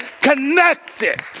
connected